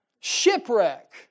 Shipwreck